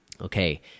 okay